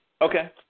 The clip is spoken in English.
Okay